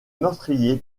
meurtrier